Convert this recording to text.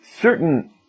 certain